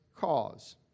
cause